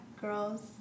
girls